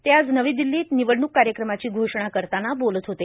ते आज नवी दिल्लीत निवडणुक कार्यक्रमाची घोषणा करताना बोलत होते